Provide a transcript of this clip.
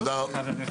תודה רבה.